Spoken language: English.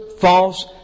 false